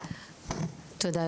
תודה.